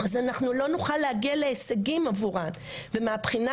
אז אנחנו לא נוכל להגיע להישגים עבורן ומהבחינה